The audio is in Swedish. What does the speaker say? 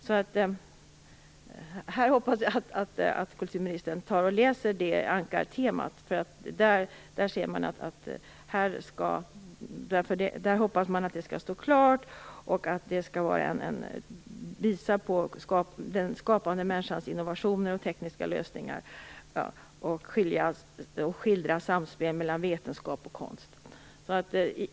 Jag hoppas att kulturministern läser det här ankartemat, för där står att man hoppas att centret skall stå klart och visa på den skapande människans innovationer och tekniska lösningar och skildra samspelet mellan vetenskap och konst.